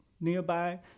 nearby